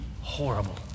horrible